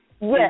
Yes